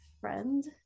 friend